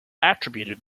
attributed